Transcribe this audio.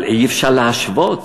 אבל אי-אפשר להשוות.